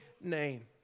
name